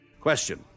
Question